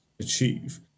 achieve